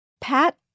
Pat